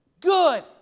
Good